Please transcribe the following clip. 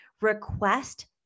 Request